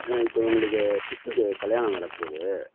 ஆ இப்போ எங்களுக்கு சிஸ்டருக்கு கல்யாணம் நடக்க போது